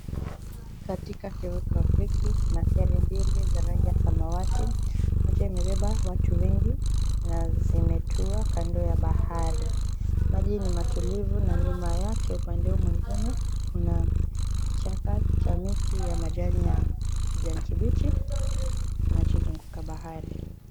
Katika kivuko hiki kuna feri mbili za rangi ya samawati. Moja imebeba watu wengi na zimetua kando ya bahari. Maji ni matulivu na nyuma yake upande huo mwingine kuna kichaka cha miti cha majani ya kijani kibichi kinachozunguka bahari.